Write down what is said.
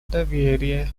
доверие